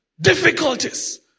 difficulties